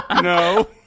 No